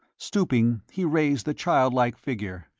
stooping he raised the child-like figure.